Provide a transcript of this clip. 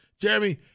Jeremy